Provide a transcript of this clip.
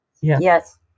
Yes